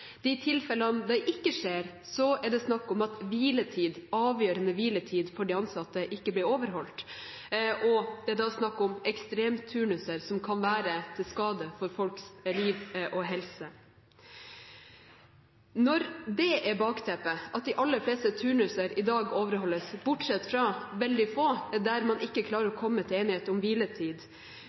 de tilfellene det ikke skjer, er det snakk om at avgjørende hviletid for de ansatte ikke blir overholdt – det er da snakk om ekstremturnuser som kan være til skade for folks liv og helse. Når det er bakteppet, at de aller fleste turnuser i dag overholdes, bortsett fra veldig få der man ikke klarer å komme til enighet om hviletid